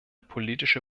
politische